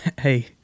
hey